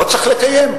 לא צריך לקיים?